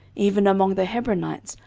even among the hebronites,